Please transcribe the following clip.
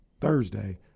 Thursday